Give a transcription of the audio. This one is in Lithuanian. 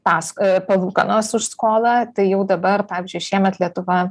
pask a palūkanos už skolą tai jau dabar pavyzdžiui šiemet lietuva